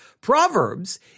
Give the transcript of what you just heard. Proverbs